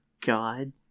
God